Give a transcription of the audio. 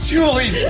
Julie